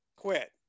quit